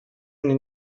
eine